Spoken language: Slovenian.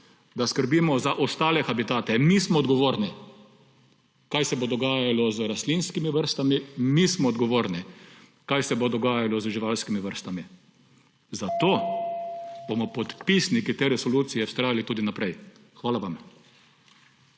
da skrbimo za ostale habitate. Mi smo odgovorni, kaj se bo dogajalo z rastlinskimi vrstami, mi smo odgovorni, kaj se bo dogajalo z živalskimi vrstami. Zato bomo podpisniki te resolucije vztrajali tudi naprej. Hvala vam.